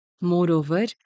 Moreover